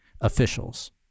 officials